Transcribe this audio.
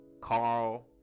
Carl